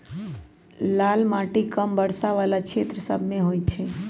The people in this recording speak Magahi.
लाल माटि कम वर्षा वला क्षेत्र सभमें होइ छइ